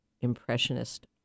Impressionist